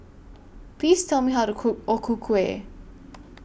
Please Tell Me How to Cook O Ku Kueh